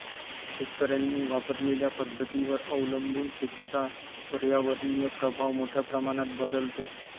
शेतकऱ्यांनी वापरलेल्या पद्धतींवर अवलंबून शेतीचा पर्यावरणीय प्रभाव मोठ्या प्रमाणात बदलतो